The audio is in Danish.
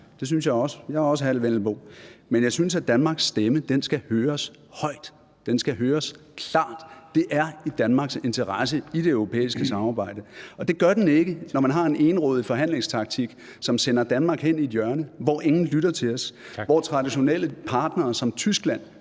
Det synes jeg også, men jeg er også halvt vendelbo. Men jeg synes, at Danmarks stemme skal høres højt, den skal høres klart, det er i Danmarks interesse i det europæiske samarbejde, og det gør den ikke, når man har en egenrådig forhandlingstaktik, som sender Danmark hen i et hjørne, hvor ingen lytter til os, og hvor traditionelle partnere som Tyskland